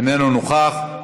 איננו נוכח.